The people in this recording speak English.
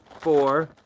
four,